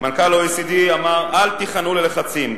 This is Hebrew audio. מנכ"ל OECD אמר: אל תיכנעו ללחצים.